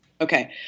Okay